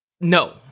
No